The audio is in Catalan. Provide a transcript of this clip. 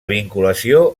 vinculació